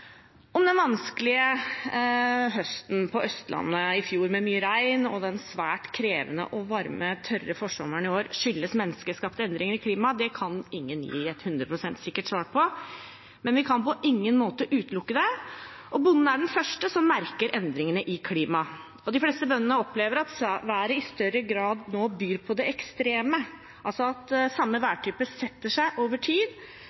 Om den vanskelige høsten på Østlandet i fjor, med mye regn, og den svært krevende, varme og tørre forsommeren i år skyldes menneskeskapte endringer i klimaet, kan ingen gi et 100 pst. sikkert svar på, men vi kan på ingen måte utelukke det. Bonden er den første som merker endringene i klimaet. De fleste bøndene opplever nå at været i større grad byr på det ekstreme, altså at samme værtype setter seg over tid,